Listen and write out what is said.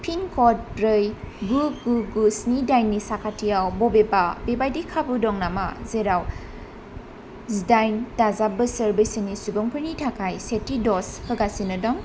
पिनक'ड ब्रै गु गु गु स्नि दाइननि साखाथियाव बबेबा बेबायदि खाबु दं नामा जेराव जिदाइन दाजाब बोसोर बैसोनि सुबुंफोरनि थाखाय सेथि द'ज होगासिनो दं